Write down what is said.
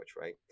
right